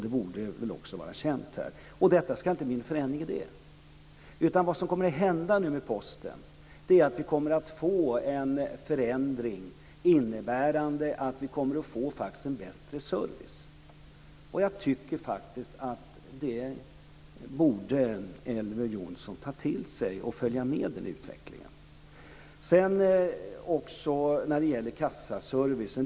Det borde väl också vara känt här. Och det ska inte bli någon förändring av det. Vad som kommer att hända med Posten nu är att vi kommer att få en förändring innebärande att vi får bättre service. Jag tycker faktiskt att Elver Jonsson borde ta till sig det och följa med i utvecklingen. Sedan vill jag också säga något om kassaservicen.